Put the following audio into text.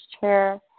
chair